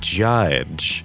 judge